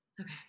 Okay